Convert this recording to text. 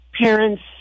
parents